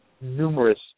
numerous